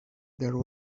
there